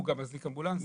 הוא גם מזניק אמבולנסים.